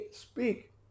speak